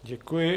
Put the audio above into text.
Děkuji.